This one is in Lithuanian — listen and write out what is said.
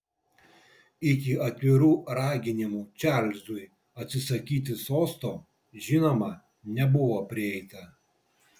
iki atvirų raginimų čarlzui atsisakyti sosto žinoma nebuvo prieita